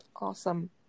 Awesome